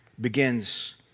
begins